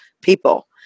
people